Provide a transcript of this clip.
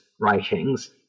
writings